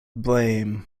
blame